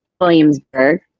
Williamsburg